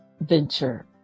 venture